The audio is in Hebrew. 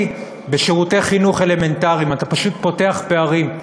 בשירותי חינוך אלמנטריים: אתה פשוט פותח פערים.